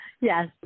Yes